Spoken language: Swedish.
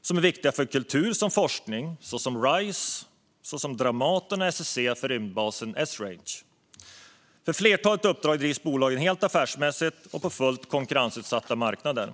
som är viktiga för kultur och forskning, såsom Rise, Dramaten och SSC för rymdbasen Esrange. För flertalet uppdrag drivs bolagen helt affärsmässigt och på fullt konkurrensutsatta marknader.